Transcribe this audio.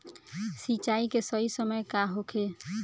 सिंचाई के सही समय का होखे?